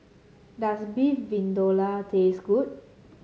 does Beef Vindaloo taste good